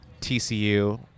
TCU